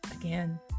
Again